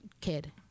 kid